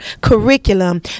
curriculum